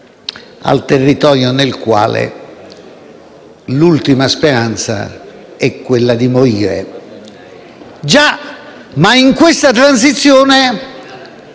al territorio nel quale l'ultima speranza è quella di morire». Già, ma in questa transizione,